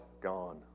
gone